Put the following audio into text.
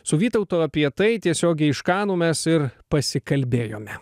su vytautu apie tai tiesiogiai iš kanų mes ir pasikalbėjome